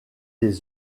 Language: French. des